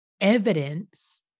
evidence